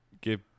give